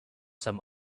some